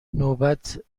نوبت